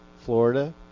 Florida